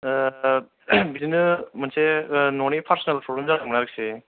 बिदिनो मोनसे न' नि पारस'नेल फ्रब्लेम जादोंमोन आरोखि